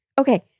Okay